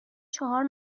چهار